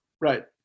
Right